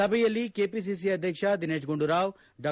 ಸಭೆಯಲ್ಲಿ ಕೆಪಿಸಿಸಿ ಅಧ್ಯಕ್ಷ ದಿನೇಶ್ ಗುಂಡೂರಾವ್ ಡಾ